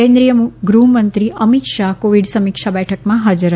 કેન્દ્રીય ગૃહમંત્રી અમિત શાહ કોવિડ સમીક્ષા બેઠકમાં હાજર રહ્યા હતા